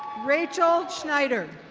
rachel snyder.